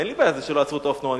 אין לי בעיה שלא עצרו את האופנוענים,